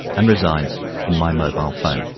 and resides in my mobile phone.